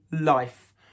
life